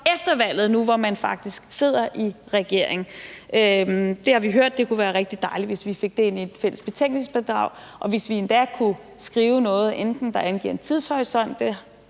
efter valget, nu, hvor man faktisk sidder i regering. Det har vi hørt, og det ville være rigtig dejligt, hvis vi fik det ind i et fælles betænkningsbidrag, og endda kunne skrive noget, der enten angiver en tidshorisont – det